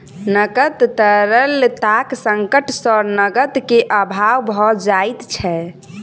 नकद तरलताक संकट सॅ नकद के अभाव भ जाइत छै